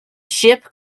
ship